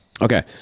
Okay